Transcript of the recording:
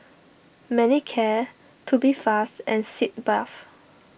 Manicare Tubifast and Sitz Bath